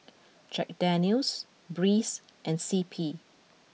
Jack Daniel's Breeze and C P